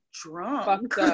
drunk